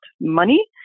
money